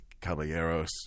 caballeros